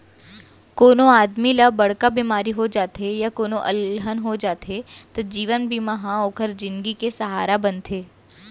कोनों आदमी ल बड़का बेमारी हो जाथे या कोनों अलहन हो जाथे त जीवन बीमा ह ओकर जिनगी के सहारा बनथे